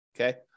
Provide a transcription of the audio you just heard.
okay